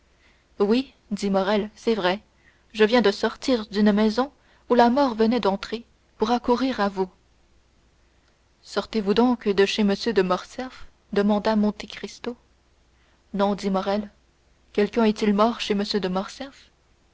oui dit morrel c'est vrai je viens de sortir d'une maison où la mort venait d'entrer pour accourir à vous sortez-vous donc de chez m de morcerf demanda monte cristo non dit morrel quelqu'un est-il mort chez m de